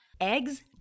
Eggs